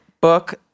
Book